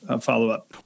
follow-up